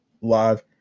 live